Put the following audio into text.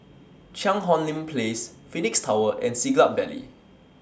Cheang Hong Lim Place Phoenix Tower and Siglap Valley